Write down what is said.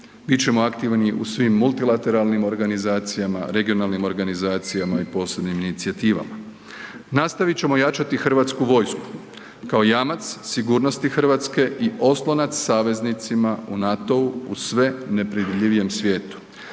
Bit ćemo aktivni u svim multilateralnim organizacijama, regionalnim organizacijama i posebnim inicijativama. Nastavit ćemo jačati HV kao jamac sigurnosti RH i oslonac saveznicima u NATO-u u sve nepredvidljivijem svijetu,